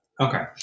Okay